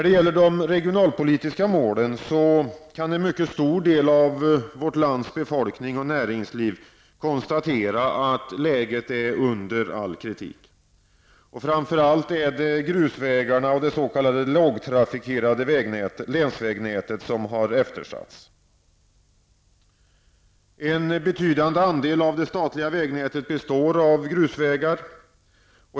Beträffande de regionalpolitiska målen, kan en mycket stor del av vårt lands befolkning och näringsliv konstatera att läget är under all kritik. Framför allt är det grusvägarna och det s.k. lågtrafikerade länsvägnätet som har eftersatts. En betydande andel av det statliga vägnätet består av grusvägar.